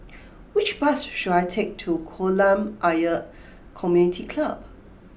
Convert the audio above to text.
which bus should I take to Kolam Ayer Community Club